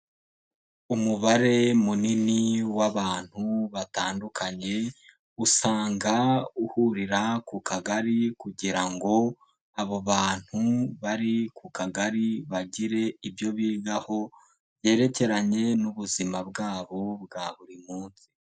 Umubare munini w'abantu batandukanye, usanga uhurira ku Kagari kugira ngo abo bantu bari ku Kagari bagire ibyo bigaho, byerekeranye n'ubuzima bwabo bwa buri munsi.